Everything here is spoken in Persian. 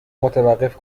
متوقف